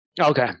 Okay